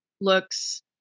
looks